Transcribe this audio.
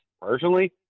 personally